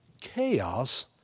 chaos